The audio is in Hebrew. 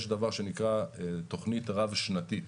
יש דבר שנקרא תוכנית רב-שנתית